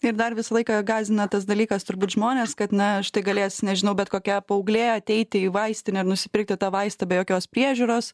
ir dar visą laiką gąsdina tas dalykas turbūt žmonės kad na štai galės nežinau bet kokia paauglė ateiti į vaistinę ir nusipirkti tą vaistą be jokios priežiūros